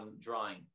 drawing